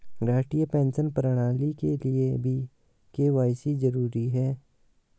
राष्ट्रीय पेंशन प्रणाली के लिए भी के.वाई.सी जरूरी है